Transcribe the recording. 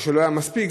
או שלא היה מספיק,